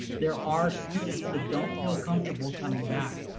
there are students that don't feel comfortable coming back.